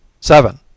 seven